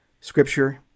Scripture